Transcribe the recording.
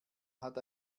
hat